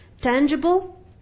tangible